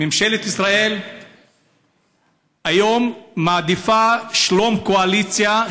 ממשלת ישראל היום מעדיפה שלום קואליציה,